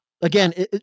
Again